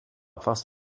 was